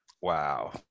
Wow